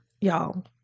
y'all